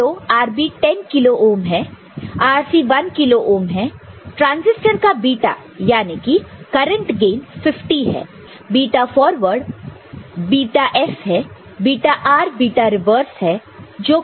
मान लो RB 10 kilo ohm है RC 1 किलो ओहम है ट्रांजिस्टर का β याने की करंट गेन 50 है βF बीटा फॉरवर्ड है और βR बीटा रिवर्स है जो कि हम बाद में लेंगे